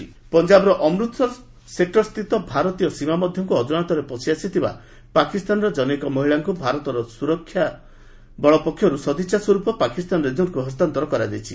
Pak woman ପଞ୍ଜାବର ଅମୃତସର ସେକୁରସ୍ଥିତ ଭାରତୀୟ ସୀମା ମଧ୍ୟକୁ ଅଜାଣତରେ ପଶିଆସିଥିବା ପାକିସ୍ତାନର ଜନୈକ ମହିଳାଙ୍କୁ ଭାରତର ସୀମାସୁରକ୍ଷାବଳ ପକ୍ଷରୁ ସଦିଚ୍ଛାସ୍ୱରୂପ ପାକିସ୍ତାନ ରେଞ୍ଜର୍ସକୁ ହସ୍ତାନ୍ତର କରାଯାଇଛି